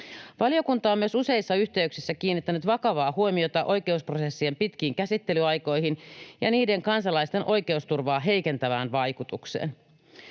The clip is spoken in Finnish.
Valiokunta on myös useissa yhteyksissä kiinnittänyt vakavaa huomiota oikeusprosessien pitkiin käsittelyaikoihin ja niiden kansalaisten oikeusturvaa heikentävään vaikutukseen.